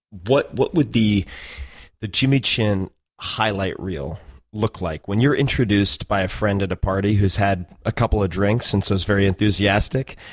what what would the the jimmy chin highlight real look like? when you're introduced by a friend at a party who's had a couple of drinks and so is very enthusiastic,